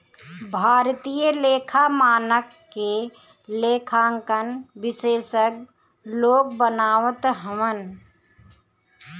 भारतीय लेखा मानक के लेखांकन विशेषज्ञ लोग बनावत हवन